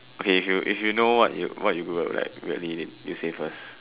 okay if you if you know what you what you will like really you say first